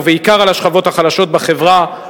ובעיקר על השכבות החלשות בחברה,